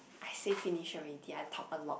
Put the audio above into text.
and say finish already I talked a lot